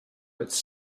its